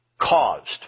Caused